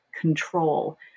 control